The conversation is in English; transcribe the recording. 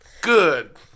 Good